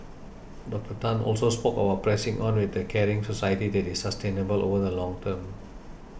Doctor Tan also spoke about pressing on with a caring society that is sustainable over the long term